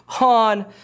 on